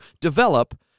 develop